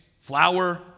flour